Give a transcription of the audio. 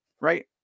right